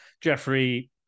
Jeffrey